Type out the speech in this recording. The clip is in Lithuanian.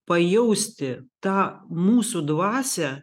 pajausti tą mūsų dvasią